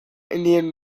indian